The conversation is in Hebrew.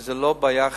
וזה לא בעיה חרדית,